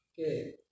okay